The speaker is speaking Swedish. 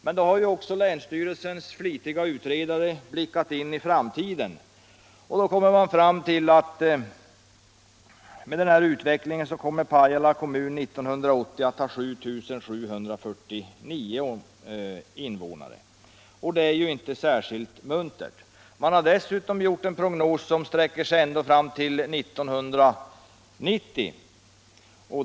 Men nu har också länsstyrelsens flitiga utredare blickat in i framtiden och kommit fram till att Pajala med denna utveckling kommer att ha 7 749 invånare år 1980. Det är ju inte särskilt muntert. Man har dessutom gjort en prognos som sträcker sig ända fram till 1990.